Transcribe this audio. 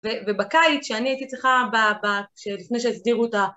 ובקיץ, שאני הייתי צריכה, לפני שהסדירו את ה...